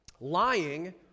Lying